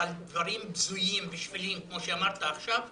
אבל דברים בזויים ושפלים כמו שאמרת עכשיו,